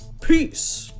Peace